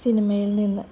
സിനിമയിൽ നിന്ന്